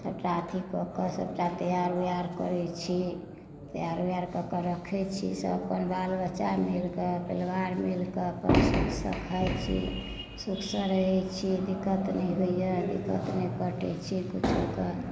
सबटा अथी कऽ कऽ सबटा तैयार वैयार करै छी तैयार वैयार कऽ कऽ रखै छी सब अपन बाल बच्चा मिलके परिवार मिलके अपन सब खाए छी सुख से रहै छी दिक्कत नै होइए दिक्कत नै कटै छी कथु कऽ